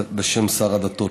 בשם שר הדתות,